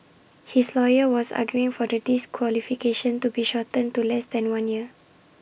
his lawyer was arguing for the disqualification to be shortened to less than one year